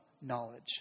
knowledge